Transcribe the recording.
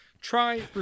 try